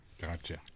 Gotcha